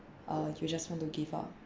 uh you just want to give up